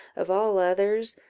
of all others,